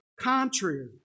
contrary